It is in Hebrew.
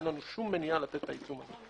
אין לנו שום מניעה לתת את העיצום הזה.